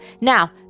Now